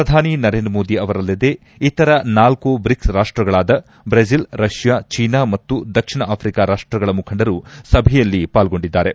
ಪ್ರಧಾನಿ ನರೇಂದ್ರ ಮೋದಿ ಅವರಲ್ಲದೆ ಇತರ ನಾಲ್ಕು ಬ್ರಿಕ್ಸ್ ರಾಷ್ಟಗಳಾದ ಬ್ರೆಜಿಲ್ ರಷ್ಕಾ ಚೀನಾ ಮತ್ತು ದಕ್ಷಿಣ ಆಫ್ರಿಕಾ ರಾಷ್ಟಗಳ ಮುಖಂಡರು ಸಭೆಯಲ್ಲಿ ಪಾಲ್ಗೊಂಡಿದ್ದಾರೆ